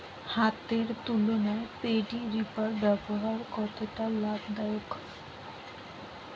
হাতের তুলনায় paddy reaper ব্যবহার কতটা লাভদায়ক?